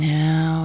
now